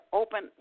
open